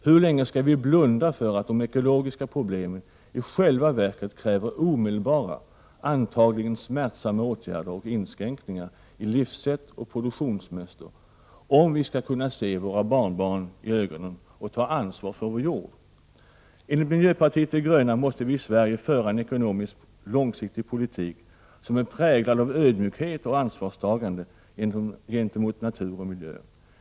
Hur länge skall vi blunda för att de ekologiska problemen i själva verket kräver omedelbara antagligen smärtsamma åtgärder och inskränkningar i livssätt och produktionsmönster om vi ska kunna se våra barnbarn i ögonen och ta ansvar för vår jord?” Enligt miljöpartiet de gröna måste vi i Sverige föra en ekonomiskt långsiktig politik som är präglad av ödmjukhet och ansvarstagande gentemot natur och miljö.